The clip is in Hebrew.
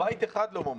בית אחד לא מומש.